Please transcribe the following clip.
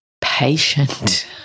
patient